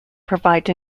provides